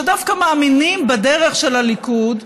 שדווקא מאמינים בדרך של הליכוד,